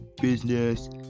business